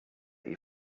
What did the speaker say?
your